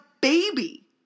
baby